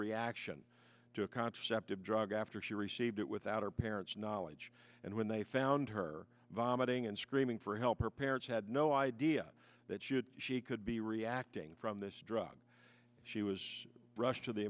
reaction to a contraceptive drug after she received it without her parents knowledge and when they found her vomiting and screaming for help her parents had no idea that she would she could be reacting from this drug she was rushed to the